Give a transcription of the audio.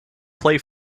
play